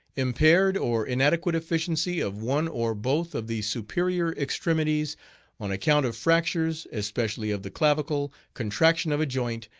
impaired or inadequate efficiency of one or both of the superior extremities on account of fractures, especially of the clavicle, contraction of a joint,